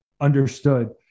Understood